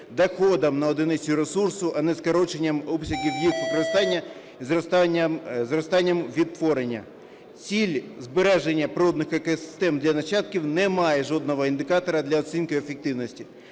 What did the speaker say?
доходом на одиницю ресурсу, а не скороченням обсягів їх використання і зростанням відтворення. Ціль збереження природних екосистем для нащадків не має жодного індикатора для оцінки ефективності.